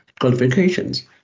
qualifications